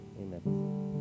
amen